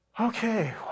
okay